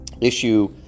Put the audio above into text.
issue